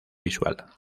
visual